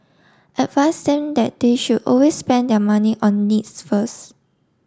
advise them that they should always spend their money on needs first